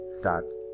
starts